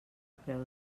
preu